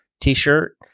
T-shirt